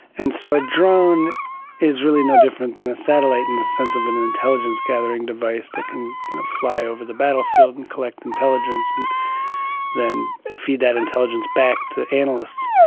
and so a drone is really no different than a satellite in the sense of an an intelligence-gathering device that can fly over the battlefield and collect intelligence and then feed that intelligence back to analysts.